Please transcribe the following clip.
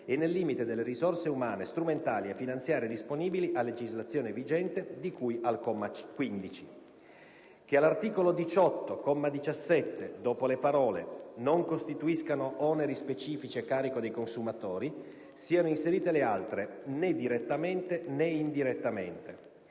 e nel limite delle risorse umane, strumentali e finanziarie disponibili a legislazione vigente di cui al comma 15."; - che all'articolo 18, comma 17, dopo le parole: "non costituiscano oneri specifici a carico dei consumatori" siano inserite le altre: "né direttamente né indirettamente.";